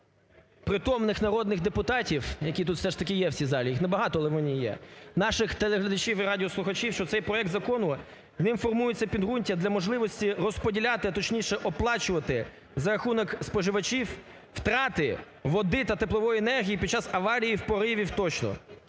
увагу притомних народних депутатів, які тут все ж таки є, в цій залі, їх не багато, але вони є, наших телеглядачів і радіослухачів, що цей проект закону, ним формується підґрунтя для можливості розподіляти, а точніше оплачувати за рахунок споживачів втрати води та теплової енергії під час аварії, поривів тощо.